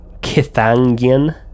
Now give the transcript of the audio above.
kithangian